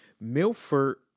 Milford